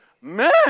man